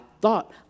thought